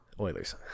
oilers